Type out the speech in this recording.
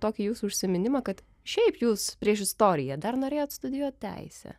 tokį jūsų užsiminimą kad šiaip jūs prieš istoriją dar norėjot studijuot teisę